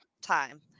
time